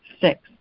Six